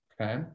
okay